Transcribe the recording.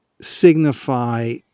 signify